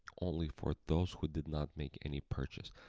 only for those who did not make any purchase.